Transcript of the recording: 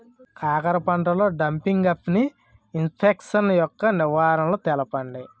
కాకర పంటలో డంపింగ్ఆఫ్ని ఇన్ఫెక్షన్ యెక్క నివారణలు తెలపండి?